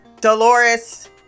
Dolores